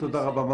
תודה רבה.